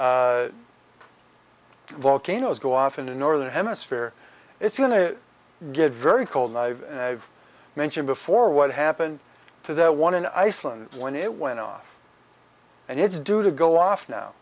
volcanoes go off in the northern hemisphere it's going to get very cold and i've mentioned before what happened to that one in iceland when it went off and it's due to go off now